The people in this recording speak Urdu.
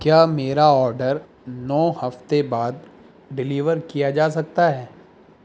کیا میرا آڈر نو ہفتے بعد ڈیلیور کیا جا سکتا ہے